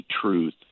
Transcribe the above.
truth